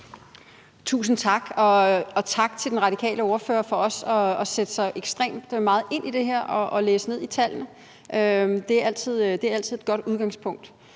Tusind tak, og tak til den radikale ordfører for også at sætte sig ekstremt meget ind i det her og læse ned i tallene. Det er altid et godt udgangspunkt.